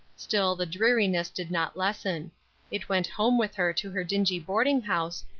still the dreariness did not lessen it went home with her to her dingy boarding-house,